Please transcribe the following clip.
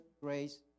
grace